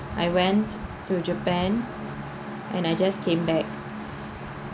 I went to japan and I just came back